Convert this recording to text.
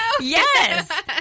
Yes